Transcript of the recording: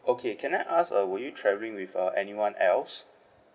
okay can I ask uh were you travelling with uh anyone else